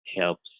helps